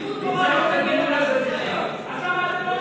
אם הערך,